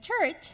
church